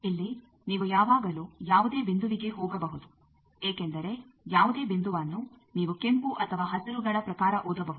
ಇಲ್ಲಿ ನೀವು ಯಾವಾಗಲೂ ಯಾವುದೇ ಬಿಂದುವಿಗೆ ಹೋಗಬಹುದು ಏಕೆಂದರೆ ಯಾವುದೇ ಬಿಂದುವನ್ನು ನೀವು ಕೆಂಪು ಅಥವಾ ಹಸಿರುಗಳ ಪ್ರಕಾರ ಓದಬಹುದು